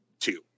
two